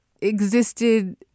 existed